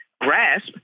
grasp